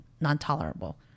non-tolerable